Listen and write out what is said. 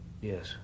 Yes